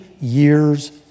years